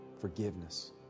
forgiveness